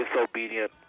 disobedient